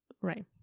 right